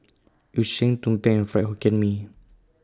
Yu Sheng Tumpeng and Fried Hokkien Mee